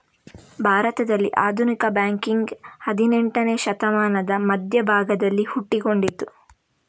ಭಾರತದಲ್ಲಿ ಆಧುನಿಕ ಬ್ಯಾಂಕಿಂಗಿನ ಹದಿನೇಂಟನೇ ಶತಮಾನದ ಮಧ್ಯ ಭಾಗದಲ್ಲಿ ಹುಟ್ಟಿಕೊಂಡಿತು